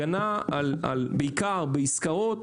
הגנה בעיקר בעסקאות